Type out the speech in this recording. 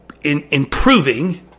improving